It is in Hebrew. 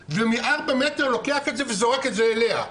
ומארבעה מטר לוקח את זה וזורק את זה אליה,